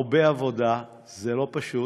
הרבה עבודה, זה לא פשוט.